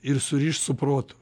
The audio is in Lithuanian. ir suriš su protu